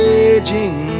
Raging